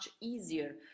easier